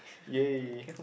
yay